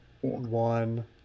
one